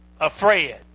afraid